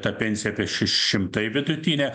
ta pensija šeši šimtai vidutinė